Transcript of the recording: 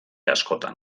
askotan